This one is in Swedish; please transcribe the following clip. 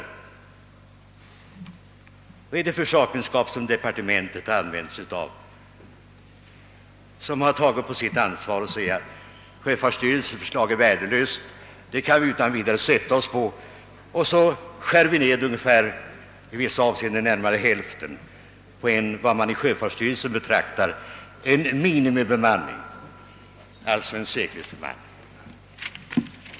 Vad är det för sakkunskap som departementet har begagnat sig av och som har tagit på sitt ansvar att säga: Sjöfartsstyrelsens förslag är värdelöst — det kan vi utan vidare sätta oss på, varefter man i vissa avseenden skär bort närmare hälften av vad sjöfartsstyrelsen betraktar som en minimibemanning, alltså en säkerhetsbemanning.